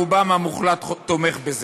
רובם המוחלט תומך בזה.